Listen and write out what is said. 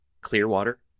Clearwater